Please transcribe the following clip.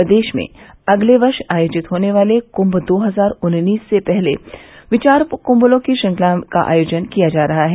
प्रदेश में अगले वर्ष आयोजित होने वाले क्म्म दो हजार उन्नीस से पहले विचार कृमों की श्रृंखला का आयोजन किया जा रहा है